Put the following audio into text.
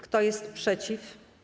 Kto jest przeciw?